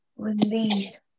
Release